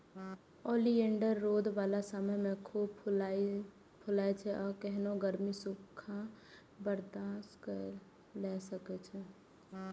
oleander रौद बला समय मे खूब फुलाइ छै आ केहनो गर्मी, सूखा बर्दाश्त कए लै छै